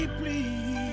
please